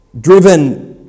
Driven